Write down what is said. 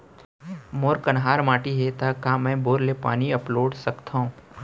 मोर कन्हार माटी हे, त का मैं बोर ले पानी अपलोड सकथव?